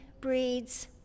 breeds